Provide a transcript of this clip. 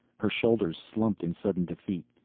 her shoulders slumped in sudden defeat.